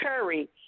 Curry